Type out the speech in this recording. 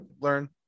learn